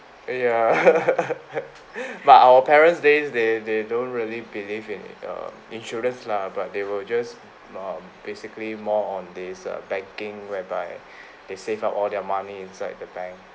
ya but our parents' days they they don't really believe in err insurance lah but they will just um basically more on this uh banking whereby they save up all their money inside the bank